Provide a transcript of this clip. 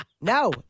No